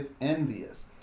envious